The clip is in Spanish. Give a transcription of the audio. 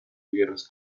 guerras